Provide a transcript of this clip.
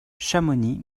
chamonix